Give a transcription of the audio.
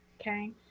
okay